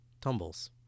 Tumbles